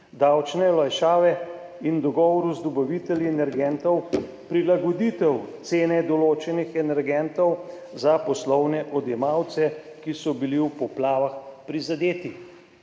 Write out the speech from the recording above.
davčne olajšave in v dogovoru z dobavitelji energentov prilagoditev cene določenih energentov za poslovne odjemalce, ki so bili v poplavah prizadeti.